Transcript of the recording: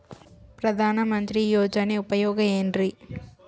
ಪ್ರಧಾನಮಂತ್ರಿ ಯೋಜನೆ ಉಪಯೋಗ ಏನ್ರೀ?